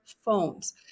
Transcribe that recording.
phones